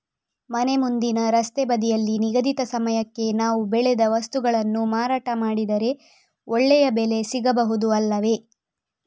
ಮನೆ ಮುಂದಿನ ರಸ್ತೆ ಬದಿಯಲ್ಲಿ ನಿಗದಿತ ಸಮಯಕ್ಕೆ ನಾವು ಬೆಳೆದ ವಸ್ತುಗಳನ್ನು ಮಾರಾಟ ಮಾಡಿದರೆ ಒಳ್ಳೆಯ ಬೆಲೆ ಸಿಗಬಹುದು ಅಲ್ಲವೇ?